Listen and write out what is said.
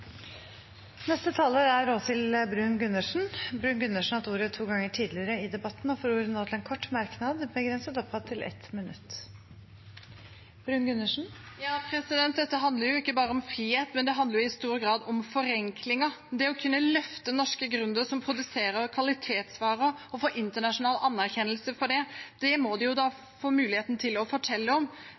Åshild Bruun-Gundersen har hatt ordet to ganger tidligere og får ordet til en kort merknad, begrenset til 1 minutt. Dette handler ikke bare om frihet, det handler i stor grad om forenklinger – det å kunne løfte norske gründere som produserer kvalitetsvarer og får internasjonal anerkjennelse for det. Det må de få muligheten til å fortelle om,